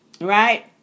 right